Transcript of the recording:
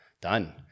done